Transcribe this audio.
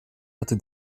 hatte